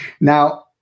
Now